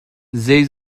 zei